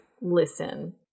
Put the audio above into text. Listen